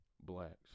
blacks